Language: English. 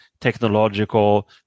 technological